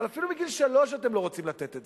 אבל אפילו מגיל שלוש אתם לא רוצים לתת את זה.